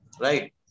right